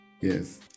yes